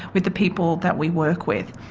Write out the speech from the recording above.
with the people that we work with.